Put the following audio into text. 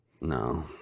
No